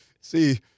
see